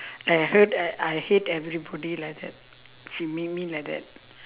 I hurt I hate everybody like that she make me like that